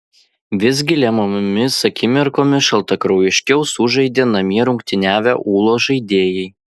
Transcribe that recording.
visgi lemiamomis akimirkomis šaltakraujiškiau sužaidė namie rungtyniavę ūlos žaidėjai